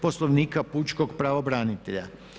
Poslovnika pučkog pravobranitelja.